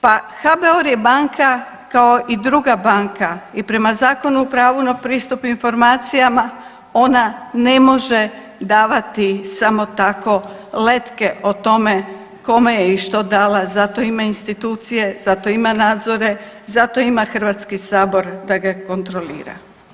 Pa HBOR je banka kao i druga banka i prema Zakonu o pravu na pristup informacijama ona ne može davati samo tako letke o tome kome je i što dala zato ima institucije, zato ima nadzore, zato ima Hrvatski sabor da ga kontrolira.